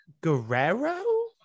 Guerrero